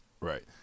Right